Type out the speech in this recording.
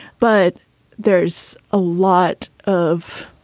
but there's a lot of.